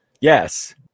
Yes